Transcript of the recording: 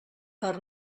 per